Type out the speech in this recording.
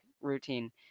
routine